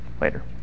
later